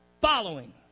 following